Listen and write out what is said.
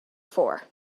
for